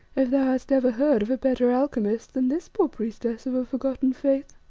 if thou hast ever heard of a better alchemist than this poor priestess of a forgotten faith?